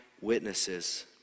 witnesses